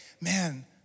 man